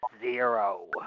zero